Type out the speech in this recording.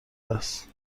است